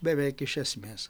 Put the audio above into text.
beveik iš esmės